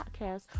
podcast